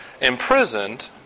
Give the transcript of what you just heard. imprisoned